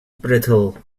brittle